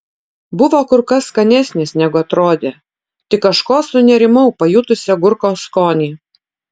buvo kur kas skanesnis negu atrodė tik kažko sunerimau pajutusi agurko skonį